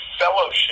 fellowship